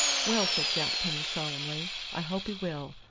well, said jack penny solemnly, i hope he will.